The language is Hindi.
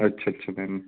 अच्छा अच्छा मैम